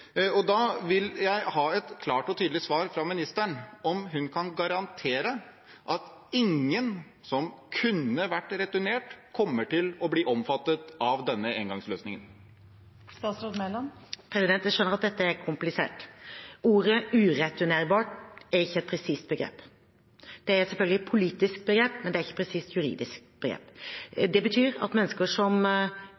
Da vil jeg ha et klart og tydelig svar fra ministeren på om hun kan garantere at ingen som kunne vært returnert, kommer til å bli omfattet av denne engangsløsningen. Jeg skjønner at dette er komplisert. Ordet «ureturnerbar» er ikke et presist begrep. Det er selvfølgelig et politisk begrep, men det er ikke et presist juridisk begrep.